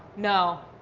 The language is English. no.